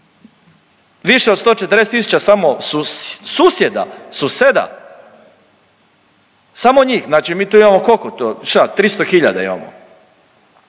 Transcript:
Više od 140 000 samo susjeda, suseda, samo njih. Znači mi tu imamo koliko to? Šta 300 hiljada imamo.